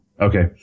Okay